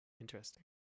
Interesting